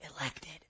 elected